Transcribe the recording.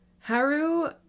Haru